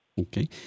Okay